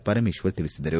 ಪರಮೇಶ್ವರ್ ತಿಳಿಸಿದರು